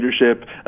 leadership